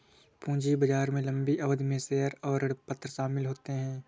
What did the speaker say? पूंजी बाजार में लम्बी अवधि में शेयर और ऋणपत्र शामिल होते है